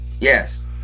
Yes